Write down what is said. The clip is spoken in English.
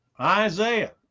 Isaiah